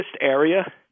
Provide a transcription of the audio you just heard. area